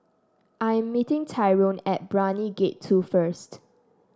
I'm meeting Tyrone at Brani Gate Two first